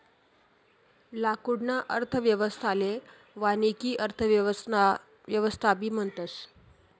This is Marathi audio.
लाकूडना अर्थव्यवस्थाले वानिकी अर्थव्यवस्थाबी म्हणतस